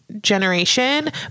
generation